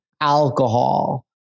alcohol